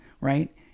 Right